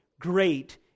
great